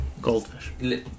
Goldfish